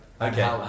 Okay